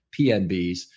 PNBs